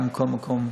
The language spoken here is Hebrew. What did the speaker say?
גם בכל מקום.